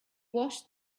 washed